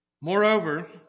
Moreover